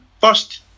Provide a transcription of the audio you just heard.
First